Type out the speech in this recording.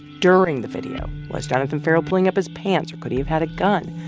during the video, was jonathan ferrell pulling up his pants or could he have had a gun?